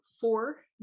four